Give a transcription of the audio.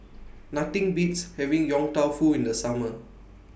Nothing Beats having Yong Tau Foo in The Summer